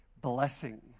blessing